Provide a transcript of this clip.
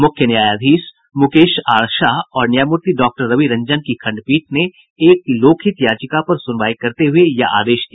मुख्य न्यायाधीश मुकेश आर शाह और न्यायमूर्ति डॉक्टर रवि रंजन की खंडपीठ ने एक लोकहित याचिका पर सुनवाई करते हुये यह आदेश दिया